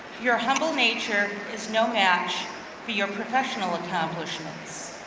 your humble nature is no match for your professional accomplishments.